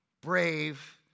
brave